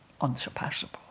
unsurpassable